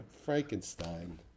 Frankenstein